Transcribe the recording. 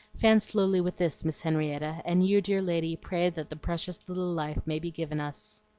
fan slowly with this, miss henrietta, and you, dear lady, pray that the precious little life may be given us.